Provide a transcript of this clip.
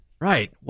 Right